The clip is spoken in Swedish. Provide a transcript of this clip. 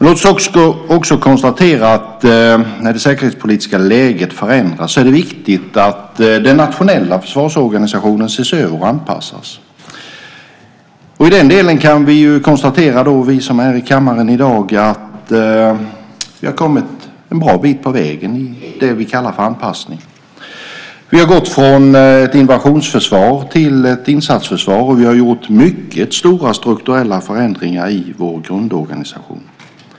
Låt oss också konstatera att när det säkerhetspolitiska läget förändras är det viktigt att den nationella försvarsorganisationen ses över och anpassas. I den delen kan vi konstatera, vi som är här i kammaren i dag, att vi har kommit en bra bit på vägen i det vi kallar anpassning. Vi har gått från ett invasionsförsvar till ett insatsförsvar och gjort mycket stora strukturella förändringar i vår grundorganisation.